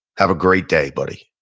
have a great day, buddy.